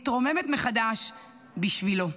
מתרוממת מחדש בשבילו,